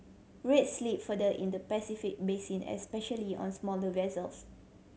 rates slipped further in the Pacific basin especially on smaller vessels